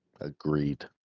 Agreed